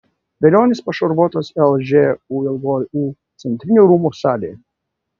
velionis pašarvotas lžūu centrinių rūmų salėje